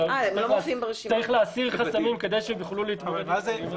ולהסיר חסמים כדי שהם יוכלו להתמודד במכרזים האלה.